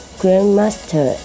grandmaster